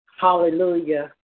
Hallelujah